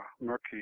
murky